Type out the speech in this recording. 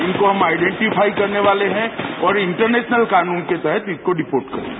इनको हम आइडेंटीफाई करने वाले हैं और इंटरनेशनल कानून के तहत इनको डिपोट करेंगे